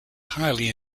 highly